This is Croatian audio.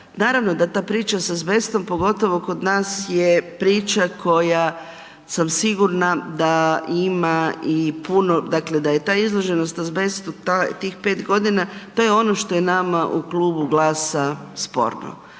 naravno da ta priča s azbestom, pogotovo kod nas je priča koja sam sigurna da ima i puno, dakle da je ta izloženost azbestu, tih 5 godina, to je ono što je nama u Klubu GLAS-a sporno.